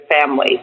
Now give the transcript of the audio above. family